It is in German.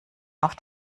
auf